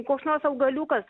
koks nors augaliukas